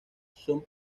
son